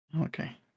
Okay